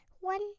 one